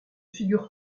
figure